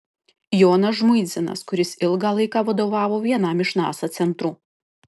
jonas žmuidzinas kuris ilgą laiką vadovavo vienam iš nasa centrų